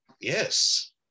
Yes